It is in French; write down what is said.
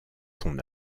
son